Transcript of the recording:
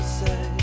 say